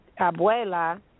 abuela